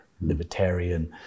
libertarian